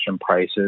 prices